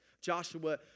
Joshua